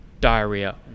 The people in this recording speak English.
diarrhea